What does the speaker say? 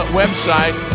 website